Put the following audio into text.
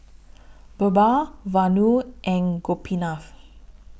Birbal Vanu and Gopinath